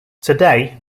today